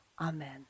Amen